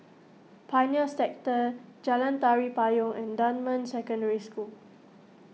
Pioneer Sector Jalan Tari Payong and Dunman Secondary School